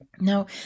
Now